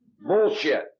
Bullshit